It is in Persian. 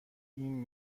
این